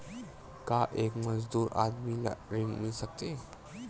का एक मजदूर आदमी ल ऋण मिल सकथे?